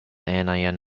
anion